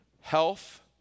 health